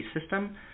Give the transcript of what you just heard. system